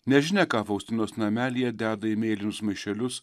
nežinia ką faustinos namelyje deda į mėlynus maišelius